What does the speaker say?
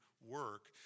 work